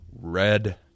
Red